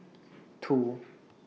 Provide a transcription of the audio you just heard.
two